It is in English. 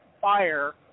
fire